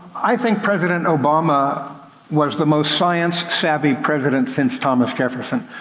i think president obama was the most science savvy president since thomas jefferson.